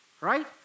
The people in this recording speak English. right